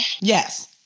Yes